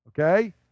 Okay